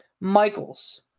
Michaels